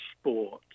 sports